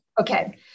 Okay